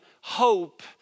hope